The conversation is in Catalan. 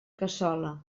cassola